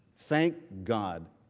thank god.